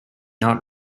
not